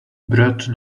bread